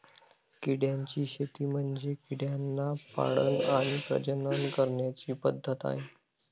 किड्यांची शेती म्हणजे किड्यांना पाळण आणि प्रजनन करण्याची पद्धत आहे